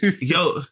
Yo